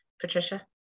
Patricia